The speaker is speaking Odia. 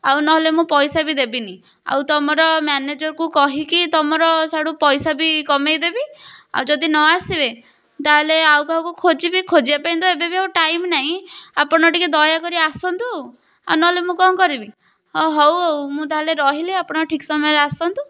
ଆଉ ନହେଲେ ମୁଁ ପଇସା ବି ଦେବିନି ଆଉ ତମର ମ୍ୟାନେଜର୍କୁ କହିକି ତମର ସେଆଡ଼ୁ ପଇସା ବି କମେଇ ଦେବି ଆଉ ଯଦି ନ ଆସିବେ ତାହାହେଲେ ଆଉ କାହାକୁ ଖୋଜିବି ଖୋଜିବା ପାଇଁ ତ ଏବେ ବି ଆଉ ଟାଇମ୍ ନାହିଁ ଆପଣ ଟିକେ ଦୟାକରି ଆସନ୍ତୁ ଆଉ ନହେଲେ ମୁଁ କ'ଣ କରିବି ଅ ହେଉ ମୁଁ ତାହାହେଲେ ରହିଲି ଆପଣ ଠିକ୍ ସମୟରେ ଆସନ୍ତୁ ନମ୍